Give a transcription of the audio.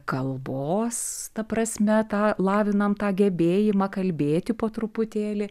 kalbos ta prasme tą lavinam tą gebėjimą kalbėti po truputėlį